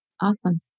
awesome